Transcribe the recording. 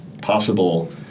possible